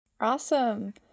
Awesome